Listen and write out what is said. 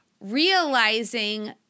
realizing